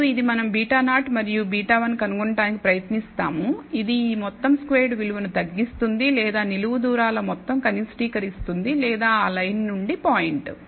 మరియు ఇది మనం β0 మరియు β1 కనుగొనడానికి ప్రయత్నిస్తాము ఇది ఈ మొత్తం స్క్వేర్డ్ విలువను తగ్గిస్తుంది లేదా నిలువు దూరాల మొత్తం కనిష్టీకరిస్తుంది లేదా ఆ లైన్ నుండి పాయింట్